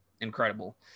Incredible